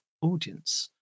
audience